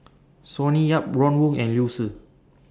Sonny Yap Ron Wong and Liu Si